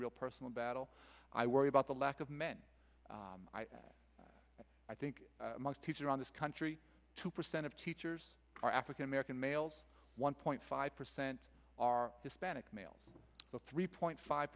real personal battle i worry about the lack of men i think most teachers around this country two percent of teachers are african american males one point five percent are hispanic males three point five